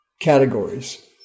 categories